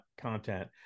content